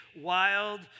wild